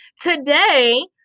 Today